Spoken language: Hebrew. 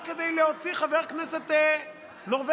רק כדי להוציא חבר כנסת נורבגי,